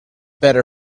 better